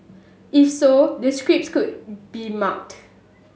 if so the scripts could be marked